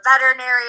veterinary